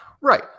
right